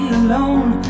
alone